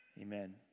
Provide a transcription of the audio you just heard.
Amen